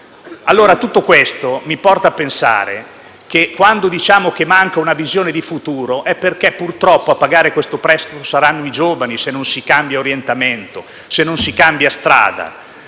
Tutto questo, allora, mi porta a pensare che quando diciamo che manca una visione di futuro è perché purtroppo a pagare tale prezzo saranno i giovani, se non si cambiano orientamento e strada.